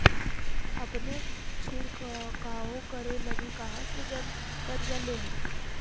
अपने छीरकाऔ करे लगी कहा से जानकारीया ले हखिन?